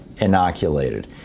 inoculated